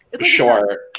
sure